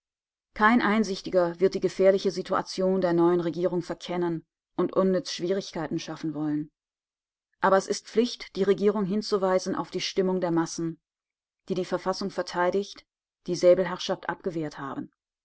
kein einsichtiger wird die gefährliche situation der neuen regierung verkennen und unnütz schwierigkeiten schaffen wollen aber es ist pflicht die regierung hinzuweisen auf die stimmung der massen die die verfassung verteidigt die säbelherrschaft abgewehrt haben